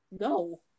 No